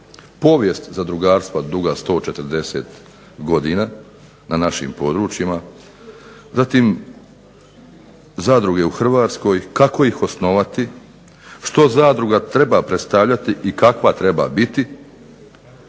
povijest zadrugarstva duga 140 godina na našim područjima, zatim zadruge u HRvatskoj, kako ih osnovati, što zadruga treba predstavljati i kakva treba biti,